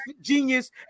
genius